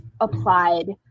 applied